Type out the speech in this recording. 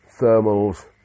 thermals